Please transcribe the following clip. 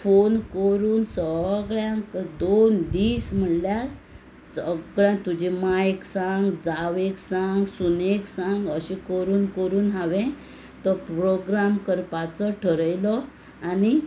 phone करून सगळ्यांक दोन दीस म्हळ्ळ्यार सगळ्यांक तुजे मांयक सांग जावयेक सांग सुनेक सांग अशें करून करून हांवें तो प्रोग्राम करपाचो थारायलो आनी